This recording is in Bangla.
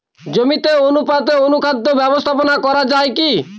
জমিতে অনুপাতে অনুখাদ্য ব্যবস্থাপনা করা য়ায় কি?